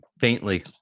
Faintly